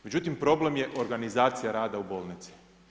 Međutim, problem je organizacija rada u bolnici.